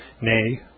nay